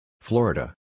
Florida